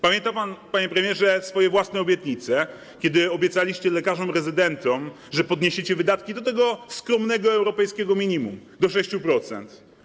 Pamięta pan, panie premierze, swoje własne obietnice, kiedy obiecaliście lekarzom rezydentom, że podniesiecie wydatki do poziomu tego skromnego europejskiego minimum, do 6%?